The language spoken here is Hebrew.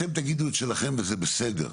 אתם תגידו את שלכם וזה בסדר.